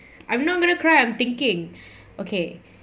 I'm not going to cry I'm thinking okay